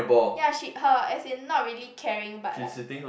yea she her as in not really carrying but like